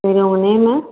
சரி உங்கள் நேமு